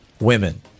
women